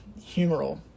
humeral